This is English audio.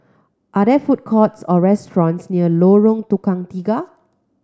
are there food courts or restaurants near Lorong Tukang Tiga